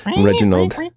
reginald